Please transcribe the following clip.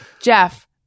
Jeff